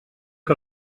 que